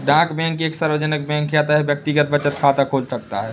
डाक बैंक एक सार्वजनिक बैंक है अतः यह व्यक्तिगत बचत खाते खोल सकता है